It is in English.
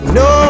no